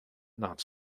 not